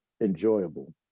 enjoyable